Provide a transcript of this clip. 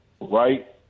right